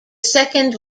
second